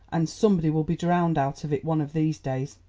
and somebody will be drowned out of it one of these days.